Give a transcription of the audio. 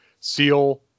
seal